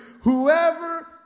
Whoever